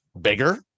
bigger